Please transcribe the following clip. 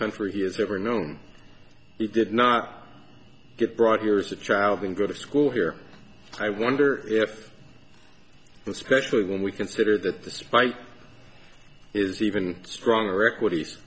country he has ever known he did not get brought here as a child and go to school here i wonder if especially when we consider that the spike is even stronger equities